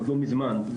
לא מזמן,